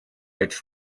its